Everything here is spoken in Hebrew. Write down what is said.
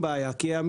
מסוכנים ומוקדי סיכון.